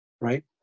right